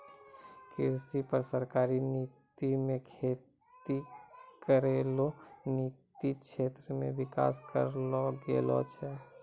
कृषि पर सरकारी नीति मे खेती करै रो तकनिकी क्षेत्र मे विकास करलो गेलो छै